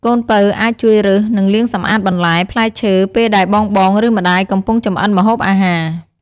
កូនពៅអាចជួយរើស និងលាងសម្អាតបន្លែ ផ្លែឈើ ពេលដែល បងៗ ឬម្ដាយកំពុងចម្អិនម្ហូបអាហារ។